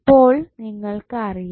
ഇപ്പോൾ നിങ്ങൾക്ക് അറിയാം